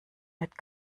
mit